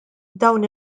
dawn